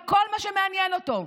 זה כל מה שמעניין אותו.